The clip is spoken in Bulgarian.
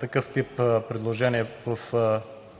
такъв тип предложение в процеса